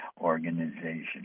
organization